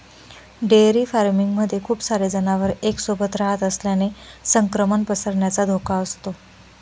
dairy farming मध्ये खूप सारे जनावर एक सोबत रहात असल्याने संक्रमण पसरण्याचा धोका असतो